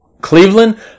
Cleveland